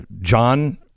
john